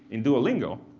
in duolingo,